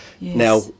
now